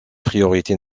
priorités